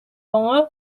аңа